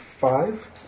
five